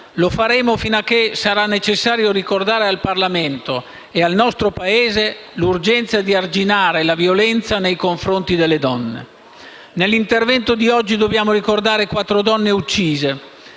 Lo faremo fino a che sarà necessario ricordare al Parlamento e al nostro Paese l'urgenza di arginare la violenza nei confronti delle donne. Nell'intervento di oggi dobbiamo ricordare quattro donne uccise,